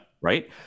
Right